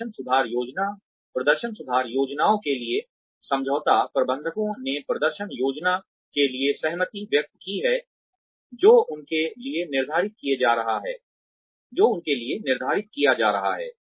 प्रदर्शन सुधार योजनाओं के लिए समझौता प्रबंधकों ने प्रदर्शन योजना के लिए सहमति व्यक्त की है जो उनके लिए निर्धारित किया जा रहा है